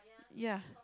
ya